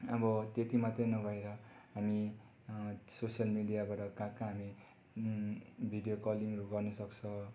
अब त्यति मात्रै नभएर हामी सोसियल मिडियाबाट कहाँ कहाँ हामी भिडियो कलिङहरू गर्नसक्छ